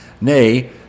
Nay